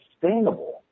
sustainable